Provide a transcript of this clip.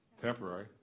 Temporary